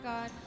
God